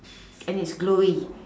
and it's glowy